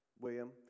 William